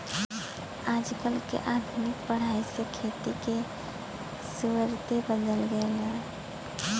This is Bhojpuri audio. आजकल के आधुनिक पढ़ाई से खेती के सुउरते बदल गएल ह